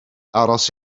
aros